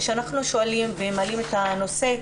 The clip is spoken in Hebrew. כשאנחנו שואלים ומעלים את הנושא,